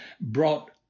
brought